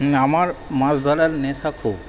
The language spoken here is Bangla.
আমার মাছ ধরার নেশা খুব